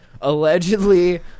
Allegedly